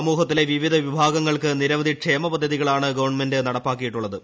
സമൂഹത്തിലെ വിവിധ വിഭാഗങ്ങൾക്ക് നിരവധി ക്ഷേമപദ്ധതികളാണ് ഗവൺമെന്റ് നടപ്പാക്കിയിട്ടുള്ളത്